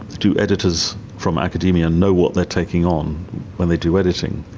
do editors from academia know what they are taking on when they do editing?